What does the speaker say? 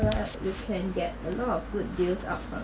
first you can get a lot of good deals upfront